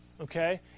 Okay